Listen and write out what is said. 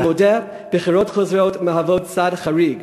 אני מודה, בחירות חוזרות הן צעד חריג,